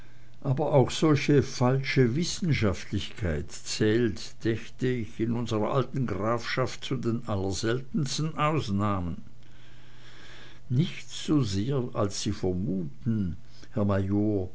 aber auch solche falsche wissenschaftlichkeit zählt dächt ich in unserer alten grafschaft zu den allerseltensten ausnahmen nicht so sehr als sie vermuten herr major